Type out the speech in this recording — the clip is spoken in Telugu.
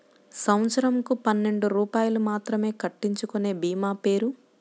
సంవత్సరంకు పన్నెండు రూపాయలు మాత్రమే కట్టించుకొనే భీమా పేరు?